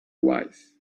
wise